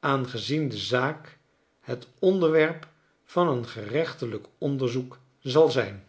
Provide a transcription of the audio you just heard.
aangezien de zaak het onderwerp van een gerechtelijk onderzoek zal zij